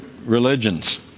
religions